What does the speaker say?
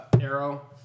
Arrow